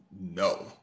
No